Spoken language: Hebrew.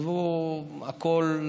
עזבו הכול,